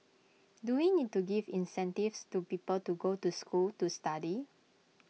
do we need to give incentives to people to go to school to study